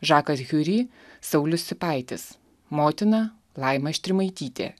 žakas hiuri saulius sipaitis motina laima štrimaitytė